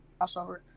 crossover